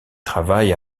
travaille